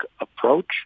approach